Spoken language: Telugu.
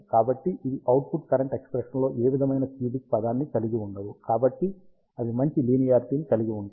కాబట్టి అవి అవుట్పుట్ కరెంట్ ఎక్స్ప్రెషన్లో ఏ విధమైన క్యూబిక్ పదాన్ని కలిగి ఉండవు కాబట్టి అవి మంచి లీనియారిటీ ని కలిగి ఉంటాయి